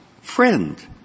friend